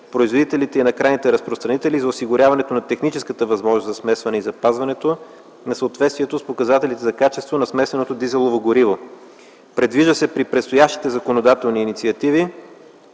производителите и на крайните разпространители и за осигуряването на техническата възможност за смесване и запазването на съответствието с показателите за качество на смесеното дизелово гориво. Предвижда се при предстоящите законодателни инициативи,